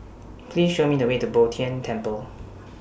Please Show Me The Way to Bo Tien Temple